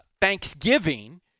Thanksgiving